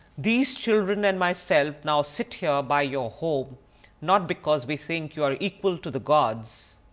these children and myself now sit here by your hope not because we think you are equal to the gods.